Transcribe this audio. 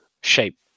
shape